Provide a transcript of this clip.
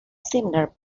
similar